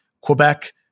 Quebec